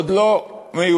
עוד לא מאוחר.